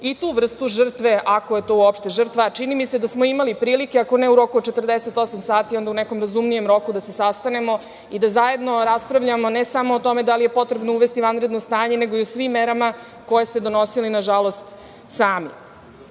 i tu vrstu žrtve, ako je to uopšte žrtva, čini mi se da smo imali prilike, ako ne u roku 48 sati, onda u nekom razumnijem roku da se sastanemo i da zajedno raspravljamo ne samo o tome da li je potrebno uvesti vanredno stanje, nego i o svim merama koje ste donosili, nažalost sami. Što